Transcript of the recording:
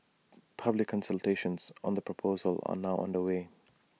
public consultations on the proposals are now underway